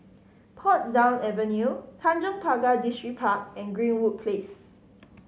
Portsdown Avenue Tanjong Pagar Distripark and Greenwood Place